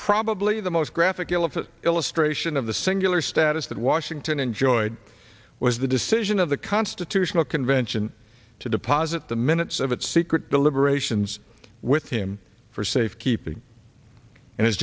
probably the most graphic illicit illustration of the singular status that washington enjoyed was the decision of the constitutional convention to deposit the minutes of its secret deliberations with him for safekeeping and